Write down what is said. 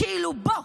כאילו, בוא.